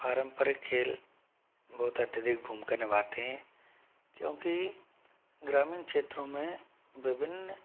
पारंपरिक खेल बहुत अत्यधिक भूमिका निभाते हैं क्योंकि ग्रामीण क्षेत्रों में विभिन्न